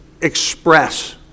express